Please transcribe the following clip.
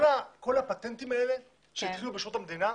כל הפטנטים האלה שהתחילו בשירות המדינה,